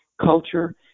culture